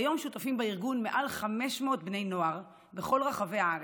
כיום שותפים בארגון מעל 500 בני נוער בכל רחבי הארץ.